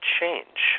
change